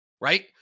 Right